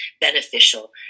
beneficial